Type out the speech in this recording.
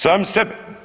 Sami sebe?